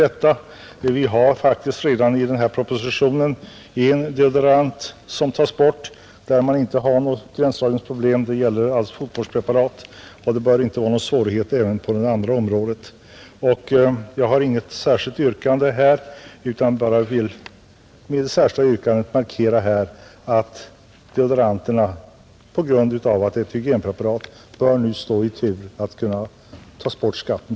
Redan enligt den här propositionen är det en deodorant som tas bort utan att man har något gränsdragningsproblem. Det gäller alltså fotvårdspreparat, och det bör inte vara någon svårighet heller på det andra området. Jag har inget yrkande utan har bara velat med det särskilda yttrandet markera att deodoranterna, på grund av att de är hygienpreparat, nu bör stå i tur för att undantas från skatten.